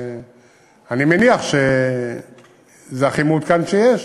ואני מניח שזה הכי מעודכן שיש,